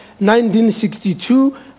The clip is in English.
1962